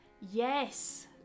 yes